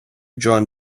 john